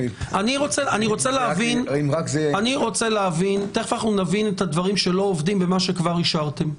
רוצה להבין את הדברים שלא עובדים במה שכבר אישרתם.